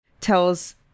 tells